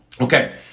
Okay